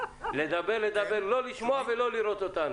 לדבר, לדבר, ולא לשמוע ולא לראות איתנו.